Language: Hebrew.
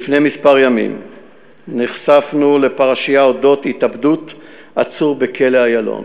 לפני מספר ימים נחשפנו לפרשייה אודות התאבדות עצור בכלא "איילון".